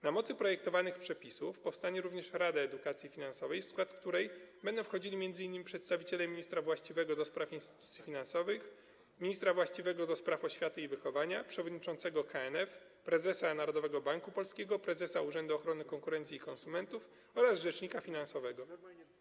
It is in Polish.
Na mocy projektowanych przepisów powstanie również Rada Edukacji Finansowej, w skład której będą wchodzili m.in. przedstawiciele ministra właściwego do spraw instytucji finansowych, ministra właściwego do spraw oświaty i wychowania, przewodniczącego KNF, prezesa Narodowego Banku Polskiego, prezesa Urzędu Ochrony Konkurencji i Konsumentów oraz rzecznika finansowego.